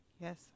Yes